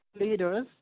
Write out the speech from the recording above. leaders